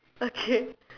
okay